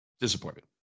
Disappointment